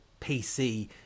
PC